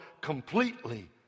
completely